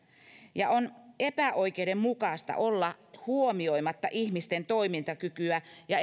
on epäoikeudenmukaista olla huomioimatta ihmisten toimintakykyä ja